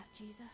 Jesus